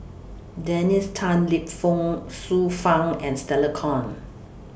Dennis Tan Lip Fong Xiu Fang and Stella Kon